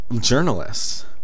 journalists